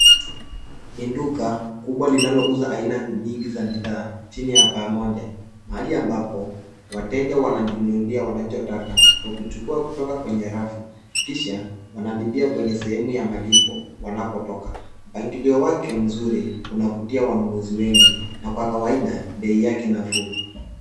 Ni duka kubwa linalouza aina nyingi za bidhaa chini ya paa moja mahali ambapo wateja wanajinunulia wanachotaka kwa kuchukua kutoka kwenye rafu kisha wanalipia kwenye sehemu ya malipo wanapotoka. Mpangilio wake mzuri unavutia wanunuzi wengi na kwa kawaida bei yake nafuu.